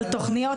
על תוכניות,